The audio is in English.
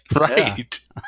right